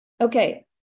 Okay